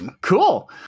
Cool